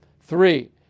Three